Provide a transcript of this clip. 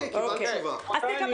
אז תקבל